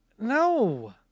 No